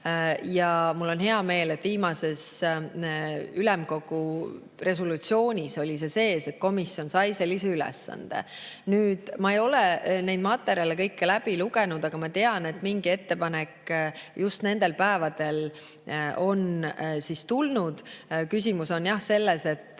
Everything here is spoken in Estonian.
Ja mul on hea meel, et viimases ülemkogu resolutsioonis oli see sees, et komisjon sai sellise ülesande. Ma ei ole kõiki neid materjale läbi lugenud, aga ma tean, et mingi ettepanek just nendel päevadel on tulnud. Küsimus on jah selles, et